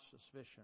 suspicion